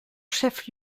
chef